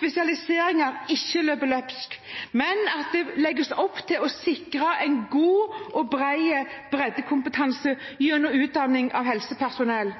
spesialiseringer ikke løper løpsk, men at det legges opp til å sikre en god og brei breddekompetanse gjennom